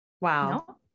wow